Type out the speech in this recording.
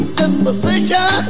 disposition